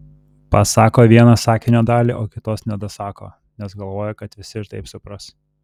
pasako vieną sakinio dalį o kitos nedasako nes galvoja kad visi ir taip supras